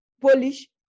Polish